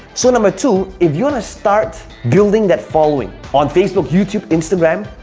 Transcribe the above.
so number two, if you wanna start building that following on facebook, youtube, instagram,